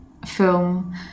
Film